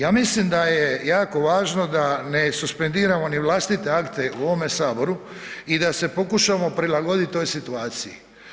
Ja mislim da je jako važno da ne suspendiramo ni vlastite akte u ovome saboru i da se pokušamo prilagodit toj situaciji.